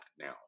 now